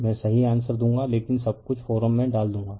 मैं सही आंसर दूंगा लेकिन सब कुछ फोरम में डाल दूंगा